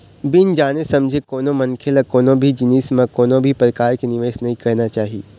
बिन जाने समझे कोनो मनखे ल कोनो भी जिनिस म कोनो भी परकार के निवेस नइ करना चाही